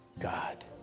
God